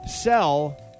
sell